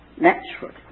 naturally